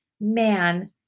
man